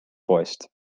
poest